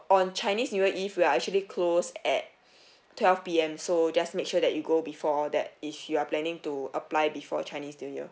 on chinese new year eve we are actually closed at twelve P_M so just make sure that you go before that if you are planning to apply before chinese new year